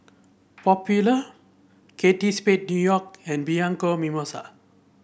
Popular Spade New York and Bianco Mimosa